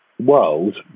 world